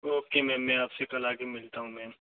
okay ma'am मैं आप से कल आकर मिलता हूँ मैम